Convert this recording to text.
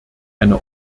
eine